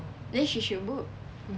then she should book